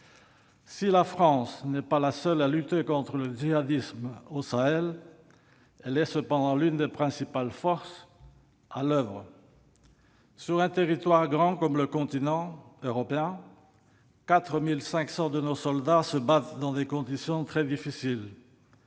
Si la France n'est pas la seule à lutter contre le djihadisme au Sahel, elle est cependant l'une des principales forces à l'oeuvre. Sur un territoire grand comme le continent européen, 4 500 de nos soldats se battent dans des conditions très difficiles.